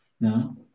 No